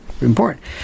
important